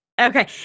Okay